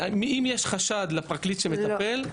אם יש חשד לפרקליט שמטפל,